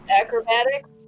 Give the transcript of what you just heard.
Acrobatics